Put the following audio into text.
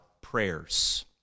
prayers